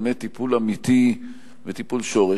באמת טיפול אמיתי וטיפול שורש,